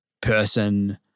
person